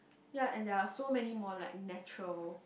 ya and there are so many more like natural